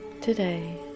today